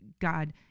God